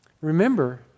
remember